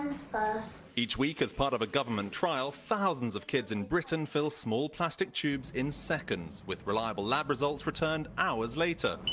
each week as part of a government trial thousands of kids in britain fill small plastic tubes in seconds. with reliable lab results returned hours later.